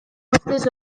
ustez